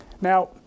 Now